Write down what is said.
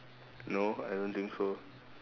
no I don't think so